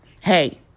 Hey